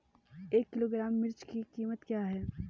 एक किलोग्राम मिर्च की कीमत क्या है?